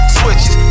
switches